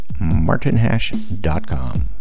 martinhash.com